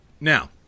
Now